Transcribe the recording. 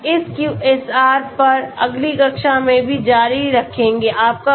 हम इस QSAR पर अगली कक्षा में भी जारी रखेंगे